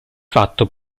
fatto